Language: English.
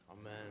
Amen